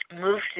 moved